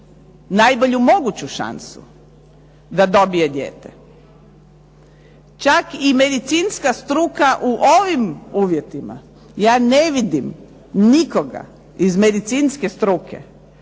najbolju moguću šansu da dobije dijete. Čak i medicinska struka u ovim uvjetima, ja ne vidim nikoga iz medicinske struke